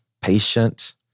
patient